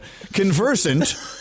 conversant